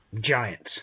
giants